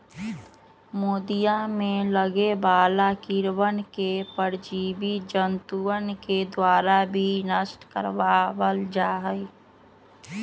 मोदीया में लगे वाला कीड़वन के परजीवी जंतुअन के द्वारा भी नष्ट करवा वल जाहई